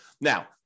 Now